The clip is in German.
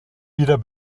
wieder